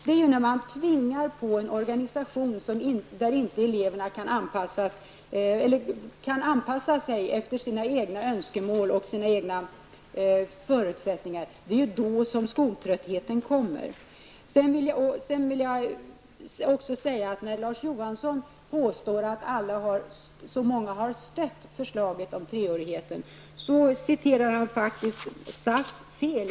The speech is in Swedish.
Det är när man tvingar på en organisation där eleverna inte kan anpassa sig efter sina egna önskemål och förutsättningar som skoltröttheten kommer. När Larz Johansson påstår att så många har stött förslaget om treårigheten, citerade han SAF fel.